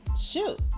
shoot